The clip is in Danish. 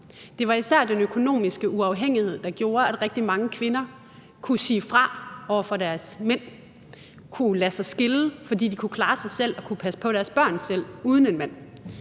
Det var især den økonomiske uafhængighed, der gjorde, at rigtig mange kvinder kunne sige fra over for deres mænd og kunne lade sig skille, fordi de kunne klare sig selv og kunne passe på deres børn selv uden en mand.